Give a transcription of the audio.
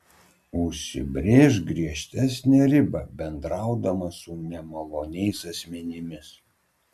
užsibrėžk griežtesnę ribą bendraudama su nemaloniais asmenimis